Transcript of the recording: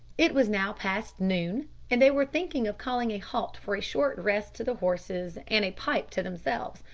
it was now past noon, and they were thinking of calling a halt for a short rest to the horses and a pipe to themselves,